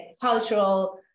cultural